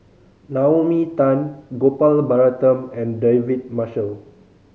Naomi Tan Gopal Baratham and David Marshall